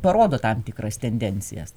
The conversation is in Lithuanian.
parodo tam tikras tendencijas